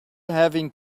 having